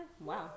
wow